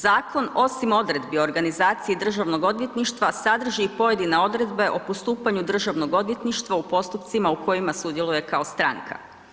Zakon osim odredbi organizacije Državnog odvjetništva sadrži pojedine odredbe o postupanju Državnog odvjetništva u postupcima u kojima sudjeluje kao stranka.